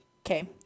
okay